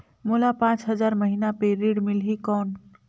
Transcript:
मोला पांच हजार महीना पे ऋण मिलही कौन?